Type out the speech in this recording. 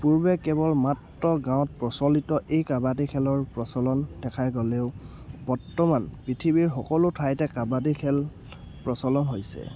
পূৰ্বে কেৱল মাত্ৰ গাঁৱত প্ৰচলিত এই কাবাডী খেলৰ প্ৰচলন দেখা গ'লেও বৰ্তমান পৃথিৱীৰ সকলো ঠাইতে কাবাডী খেল প্ৰচলন হৈছে